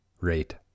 rate